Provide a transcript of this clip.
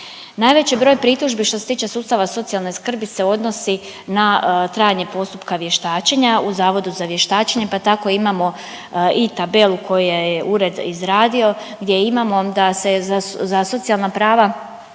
Najveći broj pritužbi što se tiče sustava socijalne skrbi se odnosi na trajanje postupka vještačenja u Zavodu za vještačenje pa tako imamo i tabelu koju je ured izradio gdje imamo da se za socijalna prava